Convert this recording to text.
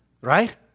right